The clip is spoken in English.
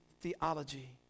theology